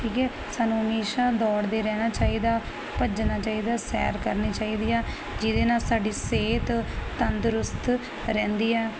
ਠੀਕ ਆ ਸਾਨੂੰ ਹਮੇਸ਼ਾ ਦੌੜਦੇ ਰਹਿਣਾ ਚਾਹੀਦਾ ਭੱਜਣਾ ਚਾਹੀਦਾ ਸੈਰ ਕਰਨੀ ਚਾਹੀਦੀ ਆ ਜਿਹਦੇ ਨਾਲ ਸਾਡੀ ਸਿਹਤ ਤੰਦਰੁਸਤ ਰਹਿੰਦੀ ਆ